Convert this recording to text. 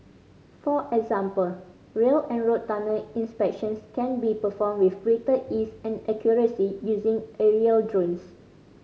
for example rail and road tunnel inspections can be performed with greater ease and accuracy using aerial drones